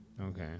okay